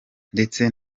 ndetse